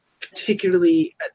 particularly